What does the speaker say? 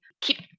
keep